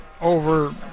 over